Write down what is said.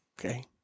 Okay